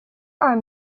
are